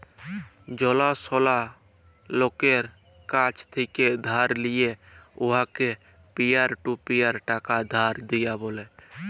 জালাশলা লকের কাছ থ্যাকে ধার লিঁয়ে উয়াকে পিয়ার টু পিয়ার টাকা ধার দিয়া ব্যলে